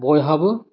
बयहाबो